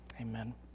Amen